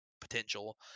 potential